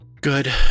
Good